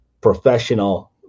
professional